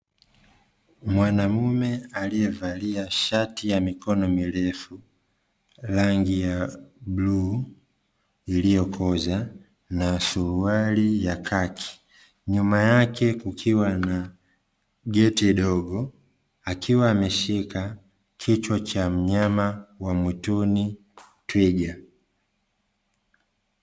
Mwanaume alievalia shati ya mikono mirefu rangi ya bluu iliyokoza na suruali ya kaki, nyuma yake kukiwa na geti dogo akiwa ameshika kichwa cha mnyama wa mwituni twiga